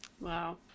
Wow